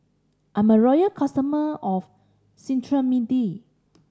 I'm a loyal customer of Cetrimide